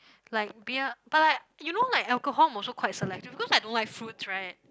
like beer but like you know like alcohol mm also quite selective because I don't like fruits right